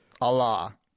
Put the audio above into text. Allah